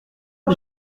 que